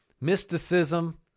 Mysticism